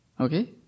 okay